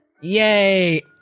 yay